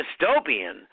dystopian